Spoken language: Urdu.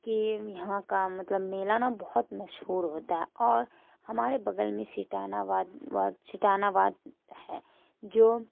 کہ یہاں کا مطلب میلہ نا بہت مشہور ہوتا ہے اور ہمارے بگل میں سٹانا واد واڈ سٹانا واڈ ہے جو